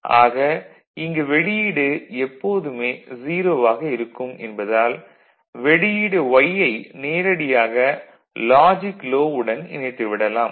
ஆக இங்கு வெளியீடு எப்போதுமே 0 ஆக இருக்கும் என்பதால் வெளியீடு Y ஐ நேரடியாக லாஜிக் லோ வுடன் இணைத்து விடலாம்